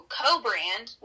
co-brand